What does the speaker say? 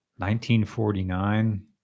1949